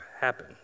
happen